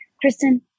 Kristen